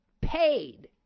paid